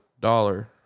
dollar